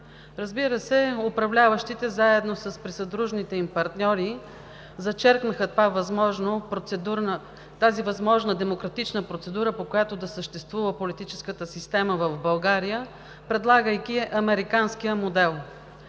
разбира се, управляващите заедно с присъдружните им партньори зачеркнаха тази възможна демократична процедура, по която да съществува политическата система в България, предлагайки американския модел.